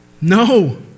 no